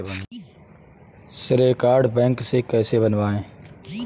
श्रेय card bank से कैसे बनवाएं?